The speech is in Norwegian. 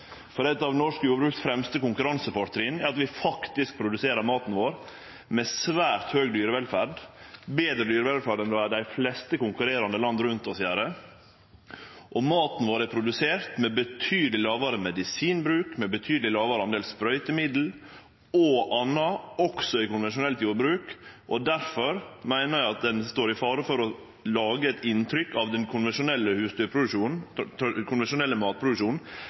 For eit av dei fremste konkurransefortrinna til norsk jordbruk er at vi faktisk produserer maten vår med svært høg dyrevelferd – med betre dyrevelferd enn dei fleste konkurrerande landa rundt oss – og maten vår er produsert med betydeleg lågare medisinbruk og med betydeleg lågare del av sprøytemiddel og anna, også i konvensjonelt jordbruk. Difor meiner eg at ein står i fare for å lage eit inntrykk av den konvensjonelle